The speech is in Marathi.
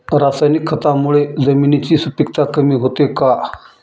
रासायनिक खतांमुळे जमिनीची सुपिकता कमी होते का?